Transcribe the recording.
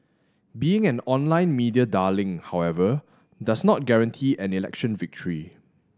being an online media darling however does not guarantee an election victory